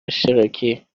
اشتراکی